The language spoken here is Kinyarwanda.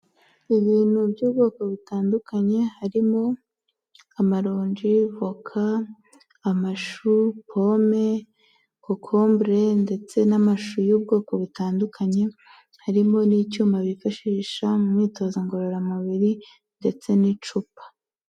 Ibintu by'ubwoko butandukanye harimo amaronji, voka, amashu, pome, kokombure ndetse n'amashu y'ubwoko butandukanye harimo n'icyuma bifashisha mu myitozo ngororamubiri ndetse n'icupa.